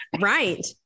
Right